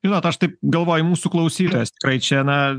žinot aš taip galvoju mūsų klausytojas tikrai čia na